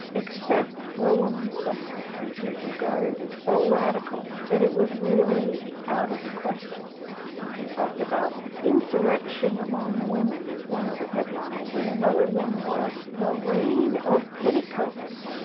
except for women's suffrage, which was regarded as so radical that it was really out of the question. they talked about insurrection among the women is one of the headlines, and another one was the rain of petticoats,